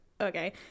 okay